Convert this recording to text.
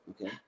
okay